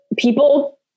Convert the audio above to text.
people